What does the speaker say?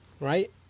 right